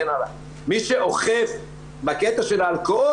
מי שאוכף בקטע של האלכוהול,